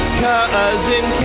cousin